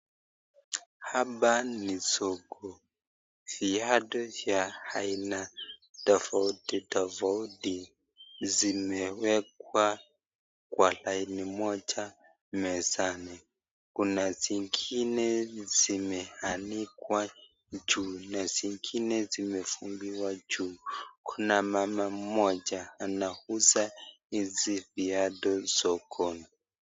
Hapa ni soko. Viatu vya aina tafouti tafouti zimewekwa kwa laini moja mezani. Kuna zingine zimeanikwa juu na zingine zimefungiwa juu. Kuna mama mmoja anauza hizi viatu sokoni.